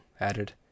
added